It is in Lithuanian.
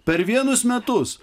per vienus metus